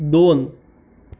दोन